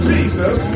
Jesus